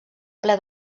ple